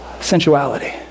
Sensuality